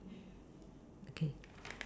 okay